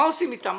מה עושים איתם?